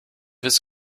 his